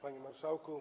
Panie Marszałku!